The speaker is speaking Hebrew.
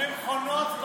הן חולמות,